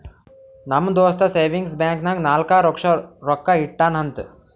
ನಮ್ ದೋಸ್ತ savings bank ನಾಗ್ ನಾಲ್ಕ ಲಕ್ಷ ರೊಕ್ಕಾ ಇಟ್ಟಾನ್ ಅಂತ್